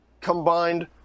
combined